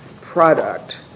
product—